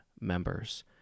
members